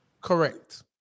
Correct